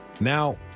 Now